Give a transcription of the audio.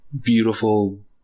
beautiful